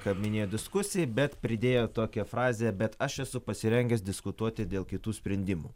ką minėjo diskusijaj bet pridėjo tokią frazę bet aš esu pasirengęs diskutuoti dėl kitų sprendimų